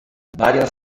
varias